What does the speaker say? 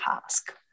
task